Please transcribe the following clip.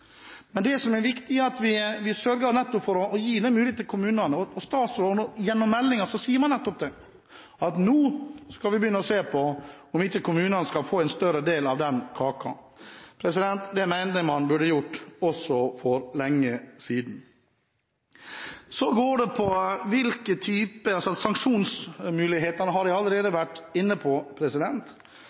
Men det som er viktig, er at vi nettopp sørger for å gi den muligheten til kommunene. Gjennom meldingen sier man nettopp det, at nå skal man begynne å se på om ikke kommunene skal få en større del av den kaken. Det mener jeg også man burde gjort for lenge siden. Sanksjonsmuligheter har jeg allerede vært inne på,